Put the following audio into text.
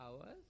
hours